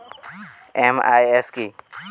MIS কি?